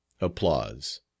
Applause